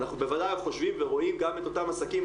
אנחנו בוודאי חושבים ורואים גם את אותם עסקים,